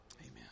Amen